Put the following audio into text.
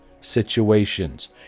situations